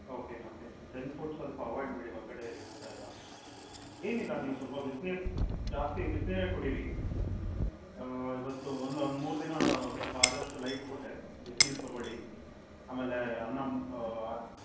okay okay junk food ಸ್ವಲ್ಪ avoid ಮಾಡಿ ಹೊರಗಡೆ ಊಟ ಎಲ್ಲ ಏನಿಲ್ಲ ನೀವು ಸ್ವಲ್ಪ ಬಿಸಿನೀರು ಜಾಸ್ತಿ ಬಿಸಿನೀರೇ ಕುಡೀರಿ ಇವತ್ತು ಒಂದು ಒಂದು ಮೂರುದಿನ ಸ್ವಲ್ಪ ಆದಷ್ಟು ಲೈಟ್ ಫುಡ್ಡೇ ಬಿಸಿನೀರು ತಗೊಳ್ಳಿ ಆಮೇಲೆ ಅನ್ನಮ್